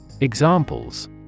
Examples